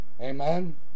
Amen